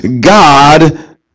God